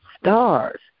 stars